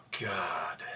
God